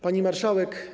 Pani Marszałek!